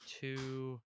two